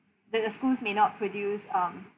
th~ the schools may not produce um